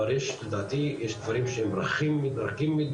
אבל לדעתי יש דברים שהם רכים מידי,